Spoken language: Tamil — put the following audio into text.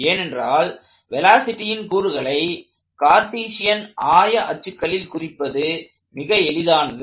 ஏனென்றால் வெலாசிட்டியின் கூறுகளை கார்ட்டீசியன் ஆய அச்சுகளில் குறிப்பது மிக எளிதானது